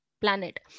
planet